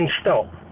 stop